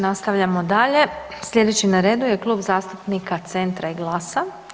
Nastavljamo dalje, slijedeći na redu je Klub zastupnika Centra i GLAS-a.